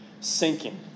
sinking